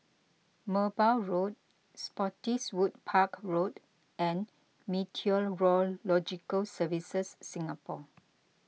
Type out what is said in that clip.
Merbau Road Spottiswoode Park Road and Meteorological Services Singapore